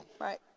Right